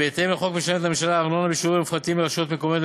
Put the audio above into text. בהתאם לחוק משלמת הממשלה ארנונה בשיעורים מופחתים לרשויות המקומיות,